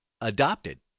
adopted